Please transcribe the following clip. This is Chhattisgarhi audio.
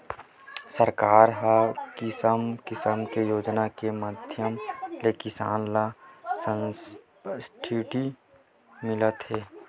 सरकार के किसम किसम के योजना के माधियम ले किसान ल सब्सिडी मिलत हे